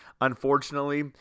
Unfortunately